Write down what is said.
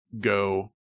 go